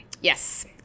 Yes